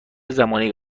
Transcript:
زمانی